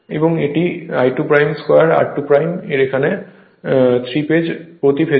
এবং এটি I2 2 r2 হবে প্রতি ফেজে